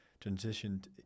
transitioned